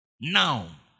Now